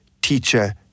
teacher